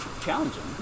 challenging